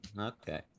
Okay